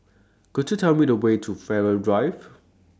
Could YOU Tell Me The Way to Farrer Drive